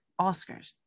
Oscars